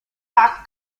bug